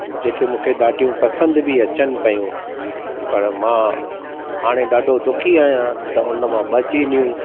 जेके मूंखे ॾाढियूं पसंदि बि अचनि पियूं पर मां हाणे ॾाढो दुखी आहियां त हुन मां ॿ जीनूं